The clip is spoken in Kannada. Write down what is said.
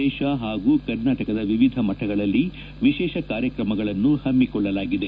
ದೇಶ ಹಾಗೂ ಕರ್ನಾಟಕದ ವಿವಿಧ ಮಠಗಳಲ್ಲಿ ವಿಶೇಷ ಕಾರ್ಯಕ್ರಮಗಳನ್ನು ಹಮ್ಜಿಕೊಳ್ಳಲಾಗಿದೆ